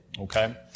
Okay